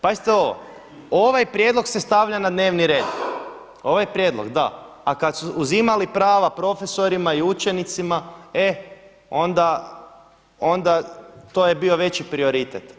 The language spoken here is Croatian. Pazite ovo ovaj prijedlog se stavlja na dnevni red, ovaj prijedlog da, a kada su uzimali prava profesorima i učenicima, e onda to je bio veći prioritet.